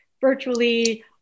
virtually